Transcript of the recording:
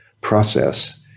process